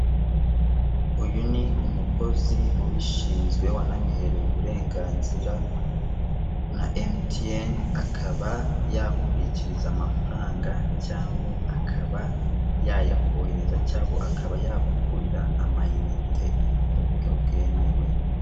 Uyu ni umukozi ubishinzwe wanabiherewe uburenganzira na emutiyeni akaba yakubikiriza amafaranga cyangwa akaba yayaboherereza cyangwa akaba yakugurira amayinite mu buryo bwemewe.